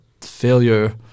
failure